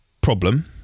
problem